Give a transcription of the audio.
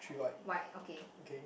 white okay